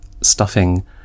stuffing